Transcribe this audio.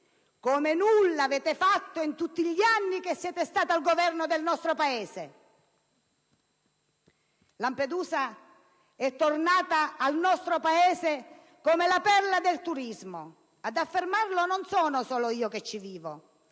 come nulla avete fatto in tutti gli anni in cui siete stati al Governo del nostro Paese! «Lampedusa è tornata al nostro Paese come la perla del turismo»: ad affermarlo non sono solo io, che ci vivo,